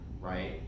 right